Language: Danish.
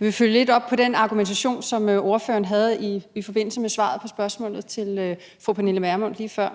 Jeg vil følge lidt op på den argumentation, som ordføreren havde i forbindelse med svaret på fru Pernille Vermunds